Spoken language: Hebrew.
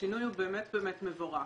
השינוי הוא באמת מבורך,